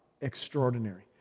extraordinary